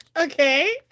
Okay